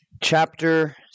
chapter